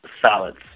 salads